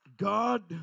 God